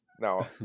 No